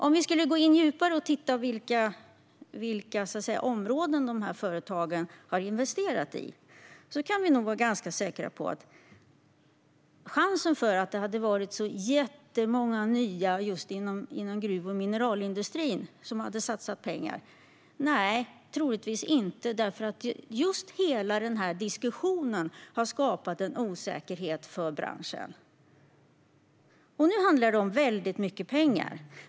Om vi tittar djupare på vilka områden de här företagen har investerat i kan vi nog vara ganska säkra på att det inte är så jättemånga just inom gruv och mineralindustrin, för hela den här diskussionen har skapat en osäkerhet för branschen. Nu handlar det om väldigt mycket pengar.